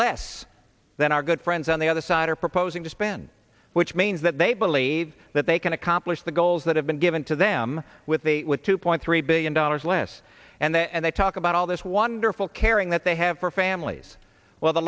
less than our good friends on the other side are proposing to spend which means that they believe that they can accomplish the goals that have been given to them with the two point three billion dollars less and they talk about all this wonderful caring that they have for families while the